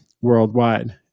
worldwide